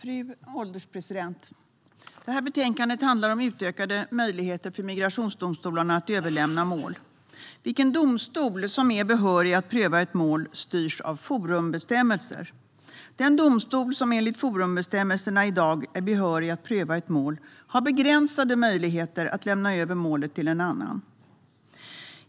Fru ålderspresident! Det här betänkandet handlar om utökade möjligheter för migrationsdomstolar att överlämna mål. Vilken domstol som är behörig att pröva ett mål styrs av forumbestämmelser. Den domstol som enligt forumbestämmelserna i dag är behörig att pröva ett mål har begränsade möjligheter att lämna över målet till en annan domstol.